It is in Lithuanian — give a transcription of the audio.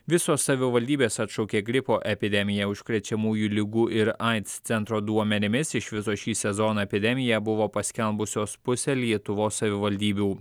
visos savivaldybės atšaukė gripo epidemiją užkrečiamųjų ligų ir aids centro duomenimis iš viso šį sezoną epidemiją buvo paskelbusios pusė lietuvos savivaldybių